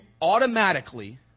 automatically